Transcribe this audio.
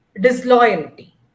disloyalty